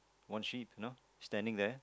one sheep you know standing there